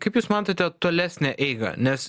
kaip jūs matote tolesnę eigą nes